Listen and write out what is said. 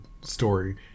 story